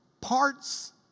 parts